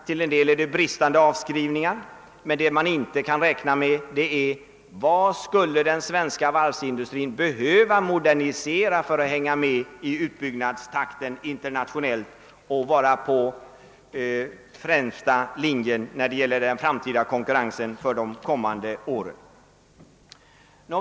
Till en del är det fråga om bristande avskrivningar, men vad skulle den svenska varvsindustrin behöva modernisera för att hänga med i utbyggnadstakten internationellt sett och därigenom kunna befinna sig i främsta linjen när det gäller den framtida konkurrensen?